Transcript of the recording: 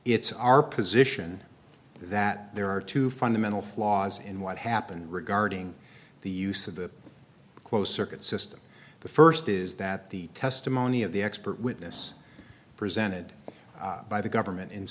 it's our position that there are two fundamental flaws in what happened regarding the use of the closed circuit system the first is that the testimony of the expert witness presented by the government in